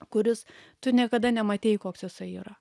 kuris tu niekada nematei koks jisai yra